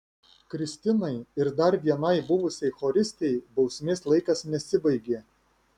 kristinai ir dar vienai buvusiai choristei bausmės laikas nesibaigė